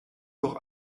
doch